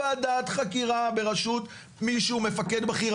ועדת חקירה בראשות מפקד בכיר,